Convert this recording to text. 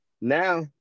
now